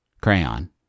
Crayon